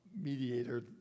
mediator